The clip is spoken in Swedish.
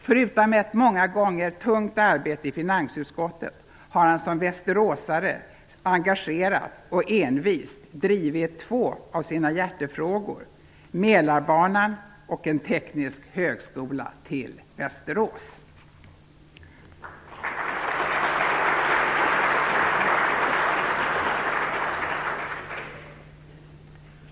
Förutom ett många gånger betungande arbete i finansutskottet har han som västeråsare engagerat och envist drivit två av sina hjärtefrågor: Mälarbanan och en teknisk högskola till Västerås.